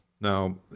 now